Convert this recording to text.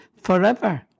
forever